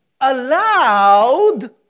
allowed